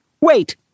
Wait